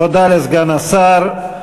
תודה לסגן השר.